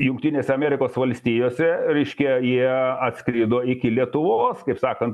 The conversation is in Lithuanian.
jungtinėse amerikos valstijose reiškia jie atskrido iki lietuvos kaip sakant